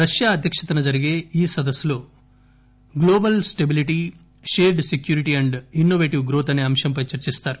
Russia అధ్యక్షతన జరిగే ఈ సదస్సులో global stability shared security and innovative growth అసే అంశంపై చర్చిస్తారు